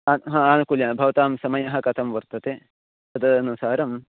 आ हा आनुकूल्यं भवतां समयः कतं वर्तते तदनुसारं